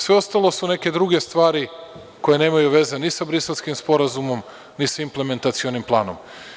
Sve ostalo su neke druge stvari koje nemaju veze ni sa Briselskim sporazumom ni sa implementacionim planom.